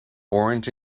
orange